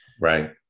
right